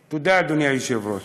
תודה, אדוני היושב-ראש.